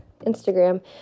Instagram